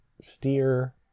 steer